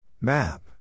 Map